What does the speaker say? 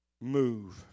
move